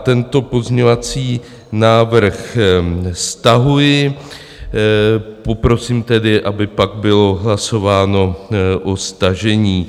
Tento pozměňovací návrh stahuji, poprosím tedy, aby pak bylo hlasováno o stažení.